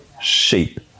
shape